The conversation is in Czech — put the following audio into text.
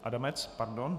Adamec, pardon.